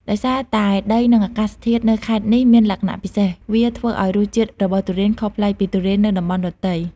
ដោយសារតែដីនិងអាកាសធាតុនៅខេត្តនេះមានលក្ខណៈពិសេស វាធ្វើឲ្យរសជាតិរបស់ទុរេនខុសប្លែកពីទុរេននៅតំបន់ដទៃ។